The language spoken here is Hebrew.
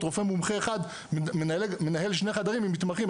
רופא מומחה אחד מנהל שני חדרים עם מתמחים.